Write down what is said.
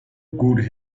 good